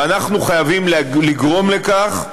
ואנחנו חייבים לגרום לכך שה"חמאס"